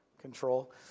control